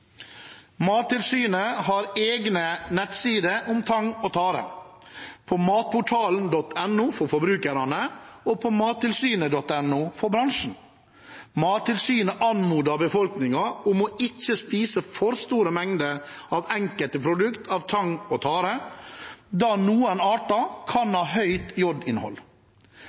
Mattilsynet har egne nettsider om tang og tare – på matportalen.no for forbrukerne og på mattilsynet.no for bransjen. Mattilsynet anmoder befolkningen om ikke å spise for store mengder av enkelte produkter av tang og tare, da noen arter kan ha høyt